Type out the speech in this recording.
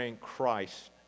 Christ